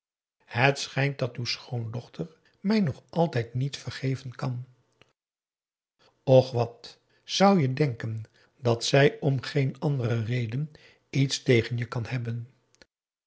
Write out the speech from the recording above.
het schijnt dat uw schoondochter mij nog altijd niet vergeven kan och wat zou je denken dat zij om geen andere reden iets tegen je kan hebben